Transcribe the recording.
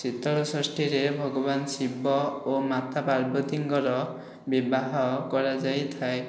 ଶୀତଳଷଷ୍ଠୀରେ ଭଗବାନ ଶିବ ଓ ମାତା ପାର୍ବତୀଙ୍କର ବିବାହ କରାଯାଇଥାଏ